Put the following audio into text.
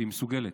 והיא מסוגלת,